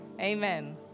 Amen